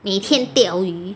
每天钓鱼